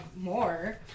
more